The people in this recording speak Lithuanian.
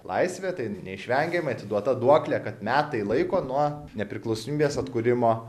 laisvė tai neišvengiamai atiduota duoklė kad metai laiko nuo nepriklausomybės atkūrimo